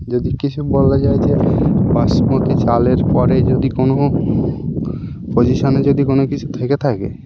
যদি কিছু বলা যায় যে বাসমতি চালের পরে যদি কোনো পজিশানে যদি কোনো কিছু থেকে থাকে